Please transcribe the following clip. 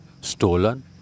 stolen